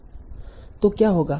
तों क्या होगा